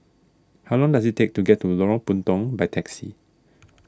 how long does it take to get to Lorong Puntong by taxi